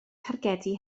targedu